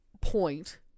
point